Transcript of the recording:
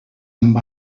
amb